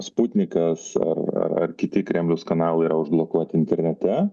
sputnikas ar ar ar kiti kremliaus kanalai užblokuoti internete